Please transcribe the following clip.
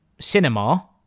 cinema